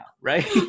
right